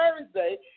Thursday